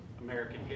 American